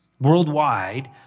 Worldwide